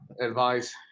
advice